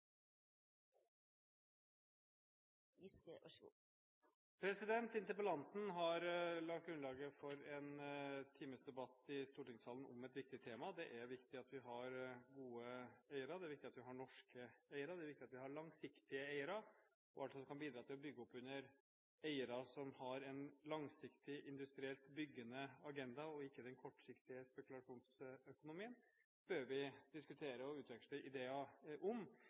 viktig at vi har gode eiere, det er viktig at vi har norske eiere, og det er viktig at vi har langsiktige eiere, som kan bidra til å bygge opp under eiere som har en langsiktig industrielt byggende agenda og ikke den kortsiktige spekulasjonsøkonomien. Det bør vi diskutere og utveksle ideer om.